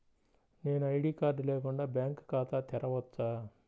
నేను ID card లేకుండా bank ఖాతా తెరవచ్చా?